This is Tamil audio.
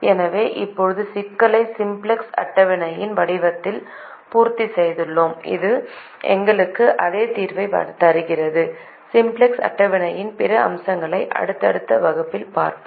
எனவே இப்போது சிக்கலை சிம்ப்ளக்ஸ் அட்டவணையின் வடிவத்தில் பூர்த்தி செய்துள்ளோம் இது எங்களுக்கு அதே தீர்வைத் தருகிறது சிம்ப்ளக்ஸ் அட்டவணையின் பிற அம்சங்களை அடுத்தடுத்த வகுப்புகளில் பார்ப்போம்